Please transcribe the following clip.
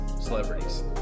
celebrities